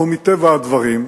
אנחנו מטבע הדברים,